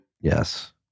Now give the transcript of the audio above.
Yes